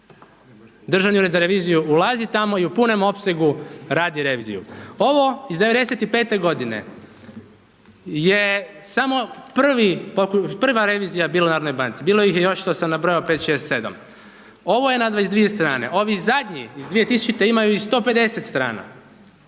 Državni ured za reviziju ulazi tamo i u punom opsegu radi reviziju. Ovo iz '95. godine je samo prvi, prva revizija bila u narodnoj banci, bilo ih je još što sam nabrojao 5, 6, 7. Ovo je na 22 strane ovi zadnji iz 2000. imaju i 150 strana,